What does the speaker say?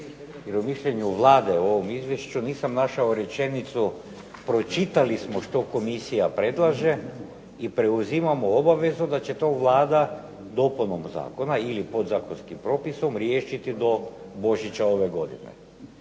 jer o mišljenju Vlade o ovom izvješću nisam našao rečenicu pročitali smo što komisija predlaže i preuzimamo obavezu da će to Vlada dopunom zakona ili podzakonskim propisom riješiti do Božića ove godine.